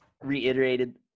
reiterated –